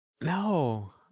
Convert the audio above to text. No